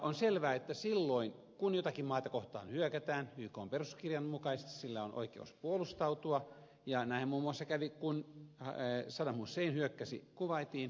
on selvää että silloin kun jotakin maata kohtaan hyökätään ykn perustuskirjan mukaisesti sillä on oikeus puolustautua ja näinhän muun muassa kävi kun saddam hussein hyökkäsi kuwaitiin